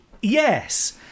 yes